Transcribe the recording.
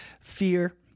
fear